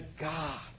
God